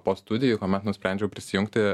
po studijų kuomet nusprendžiau prisijungti